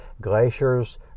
glaciers